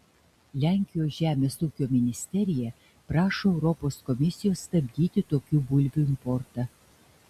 lenkijos žemės ūkio ministerija prašo europos komisijos stabdyti tokių bulvių importą